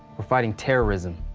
we're fighting terrorism.